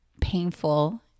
painful